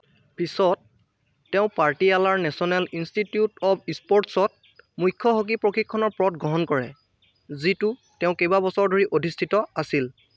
পিছত তেওঁ পাটিয়ালাৰ নেচনেল ইনষ্টিটিউট অৱ স্পৰ্টছত মুখ্য হকী প্ৰশিক্ষকৰ পদ গ্ৰহণ কৰে যিটোত তেওঁ কেইবাবছৰ ধৰি অধিষ্ঠিত আছিল